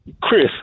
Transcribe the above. Chris